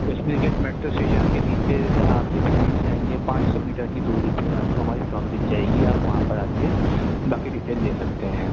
Kashmiri Gate metro station کے نیچے سے آپ جب رائٹ جائیں گے پانچ سو میٹر کی دوری پہ آپ کو ہماری شاپ دکھ جائے گی آپ وہاں پر آ کے باقی ڈیٹیل لے سکتے ہیں